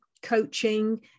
coaching